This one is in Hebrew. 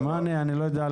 תומר ונאיף,